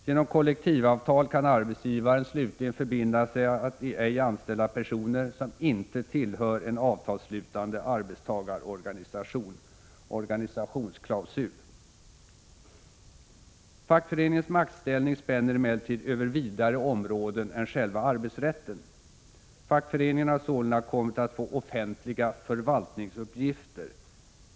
Genom kollektivavtal kan arbetsgivaren slutligen förbinda sig att ej anställa personer som inte tillhör en avtalsslutande arbetstagarorganisation . Fackföreningens maktställning spänner emellertid över vidare områden än själva arbetsrätten. Fackföreningen har sålunda kommit att få offentliga förvaltningsuppgifter.